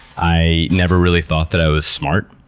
i never really thought that i was smart.